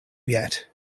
yet